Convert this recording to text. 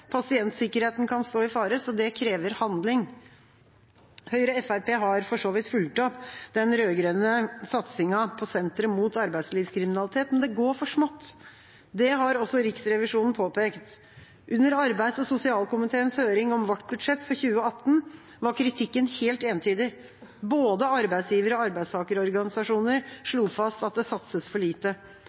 pasientsikkerheten kan stå i fare. Det krever handling. Høyre–Fremskrittsparti-regjeringa har for så vidt fulgt opp den rød-grønne satsinga på sentre mot arbeidslivskriminalitet, men det går for smått. Det har også Riksrevisjonen påpekt. Under arbeids- og sosialkomiteens høring om vårt budsjett for 2018 var kritikken helt entydig. Både arbeidsgiverorganisasjoner og arbeidstakerorganisasjoner slo fast at det satses for lite.